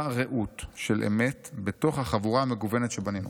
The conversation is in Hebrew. רעות של אמת בתוך החבורה המגוונת שבנינו.